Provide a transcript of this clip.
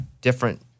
different